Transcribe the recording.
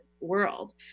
world